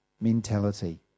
mentality